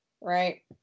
Right